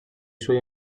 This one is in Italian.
suoi